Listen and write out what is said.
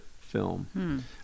film